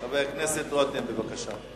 חבר הכנסת דוד רותם, בבקשה.